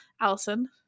Allison